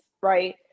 right